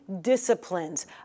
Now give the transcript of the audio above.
disciplines